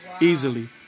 easily